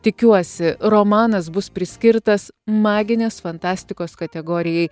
tikiuosi romanas bus priskirtas maginės fantastikos kategorijai